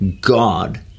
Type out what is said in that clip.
God